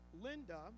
Linda